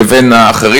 לבין האחרים,